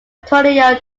antonio